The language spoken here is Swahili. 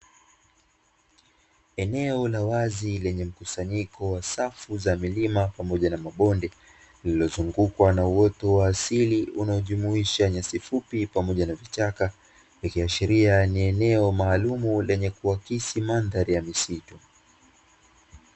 Eneo la wazi lenye mkusanyiko wa safu za milima pamoja na mabonde, lililozungukwa na uoto wa asili unaojumuisha nyasi fupi pamoja na vichaka, ikiashiria ni eneo maalumu lenye kuakisi mandhari ya misitu.